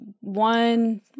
one